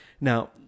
Now